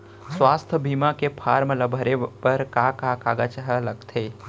स्वास्थ्य बीमा के फॉर्म ल भरे बर का का कागजात ह लगथे?